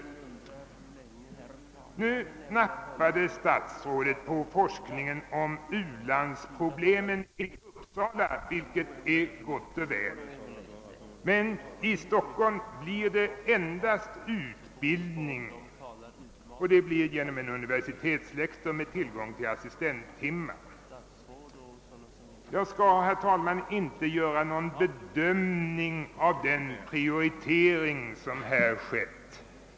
Statsrådet nappade på förslaget om forskning om u-landsproblemen i Uppsala, vilket är gott och väl, men i Stockholm blir det endast utbildning, och den kommer att meddelas av en universitetslektor med tillgång till assistenttimmar. Jag skall, herr talman, inte göra någon bedömning av den prioritering som här skett.